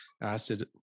acid